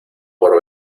por